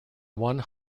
one